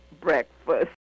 breakfast